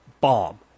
bomb